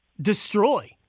destroy